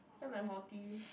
so unhealthy